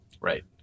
Right